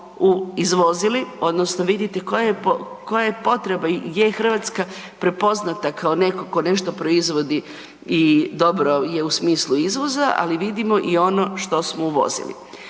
izvozili, odnosno vidite koja je potreba je Hrvatska prepoznata kao netko tko nešto proizvodi i dobro je u smislu izvoza, ali vidimo i ono što smo uvozili.